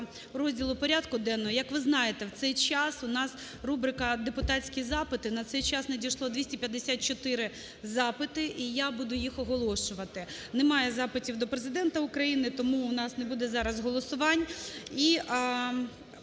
розділу порядку денного. Як ви знаєте, в цей час у нас рубрика "депутатські запити". На цей час надійшло 254 запити і я буду їх оголошувати. Немає запитів до Президента України, тому у нас не буде зараз голосувань.